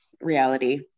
reality